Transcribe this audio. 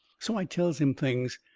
so i tells him things.